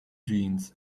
jeans